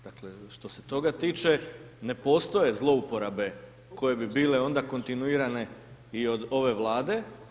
Dakle što se toga tiče ne postoje zlouporabe koje bi bile onda kontinuirane i od ove Vlade.